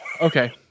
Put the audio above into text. Okay